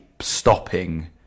stopping